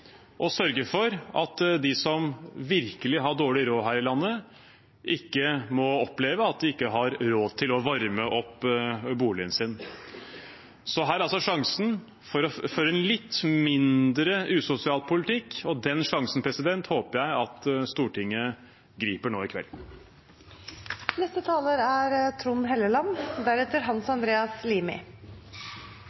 og sørge for at de som virkelig har dårlig råd her i landet, ikke må oppleve at de ikke har råd til å varme opp boligen sin. Her er altså sjansen til å føre en litt mindre usosial politikk, og den sjansen håper jeg at Stortinget griper nå i kveld. Jeg vil takke for en lang og – synes jeg – god debatt. Jeg er